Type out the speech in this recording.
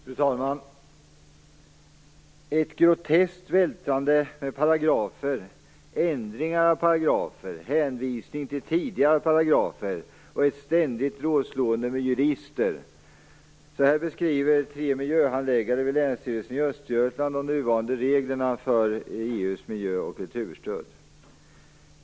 Fru talman! Ett groteskt vältrande med paragrafer, ändringar av paragrafer, hänvisningar till tidigare paragrafer och ett ständigt rådslående med jurister. På detta sätt beskriver tre miljöhandläggare vid länsstyrelsen i Östergötland de nuvarande reglerna för EU:s miljö och kulturstöd.